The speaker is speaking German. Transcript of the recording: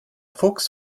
fuchs